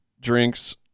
drinks